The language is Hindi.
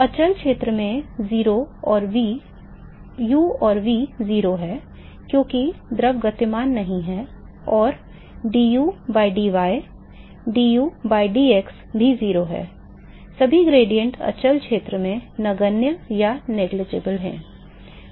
अचल क्षेत्र में u और v 0 हैं क्योंकि द्रव गतिमान नहीं है और du by dy du by dx भी 0 हैं सभी ग्रेडिएंट अचल क्षेत्र में नगण्य हैं